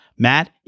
Matt